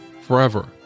forever